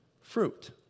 fruit